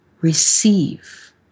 receive